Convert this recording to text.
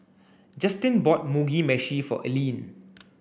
Justin bought Mugi meshi for Alene